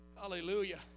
Hallelujah